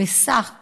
בשק